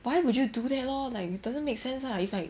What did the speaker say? why would you do that lor like it doesn't make sense lah it's like